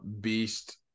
Beast